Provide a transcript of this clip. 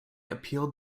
appealed